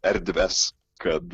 erdves kad